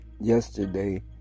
yesterday